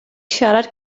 siarad